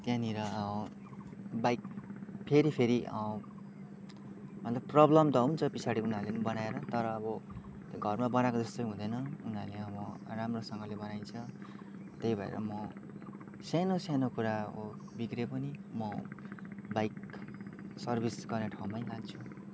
त्यहाँनिर बाइक फेरि फेरि मतलब प्रबलम त हुन्छ पछाडि उनीहरूले बनाएर तर अब घरमा बनाएको जस्तो त हुँदैन उनीहरूले अब राम्रोसँगले बनाइदिन्छ त्यही भएर म सानो सानो कुरा बिग्रे पनि म बाइक सर्भिस गर्ने ठाउँमै लान्छु